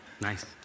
Nice